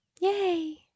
Yay